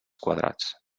quadrats